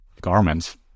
garments